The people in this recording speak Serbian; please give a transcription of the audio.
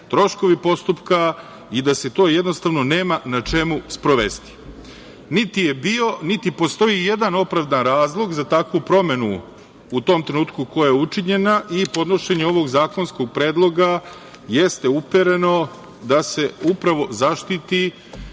troškovi postupka i da se to jednostavno nema na čemu sprovesti. Niti je bio, niti postoji i jedan opravdan razlog za takvu promenu u tom trenutku koja je učinjena i podnošenje ovog zakonskog predloga jeste upereno da se upravo zaštiti